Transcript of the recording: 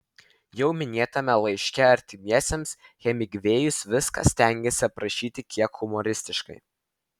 jau minėtame laiške artimiesiems hemingvėjus viską stengėsi aprašyti kiek humoristiškai